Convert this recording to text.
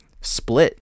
split